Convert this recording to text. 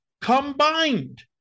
combined